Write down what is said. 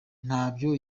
ntabyo